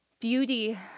beauty